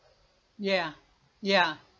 ya ya